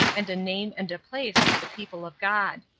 and a name and a place with the people of god.